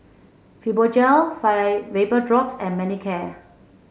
Fibogel Vapodrops and Manicare